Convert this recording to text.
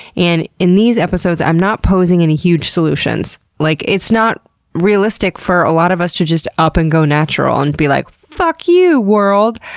and in these episodes, i'm not posing any huge solutions. like it's not realistic for a lot of us to just up and go natural, and be like, fuck you, world!